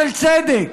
של צדק,